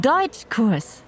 Deutschkurs